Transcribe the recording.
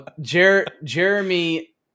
Jeremy